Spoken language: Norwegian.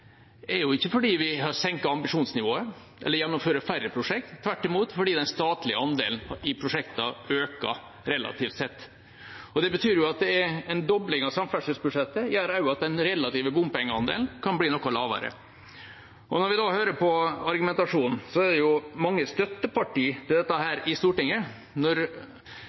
er ikke fordi vi har senket ambisjonsnivået eller gjennomfører færre prosjekt. Det er tvert imot fordi den statlige andelen i prosjektene øker relativt sett. Det betyr at en dobling av samferdselsbudsjettet også gjør at den relative bompengeandelen kan bli noe lavere. Når man hører på argumentasjonen, er det mange støtteparti for dette i Stortinget. Når